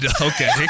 Okay